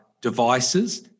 devices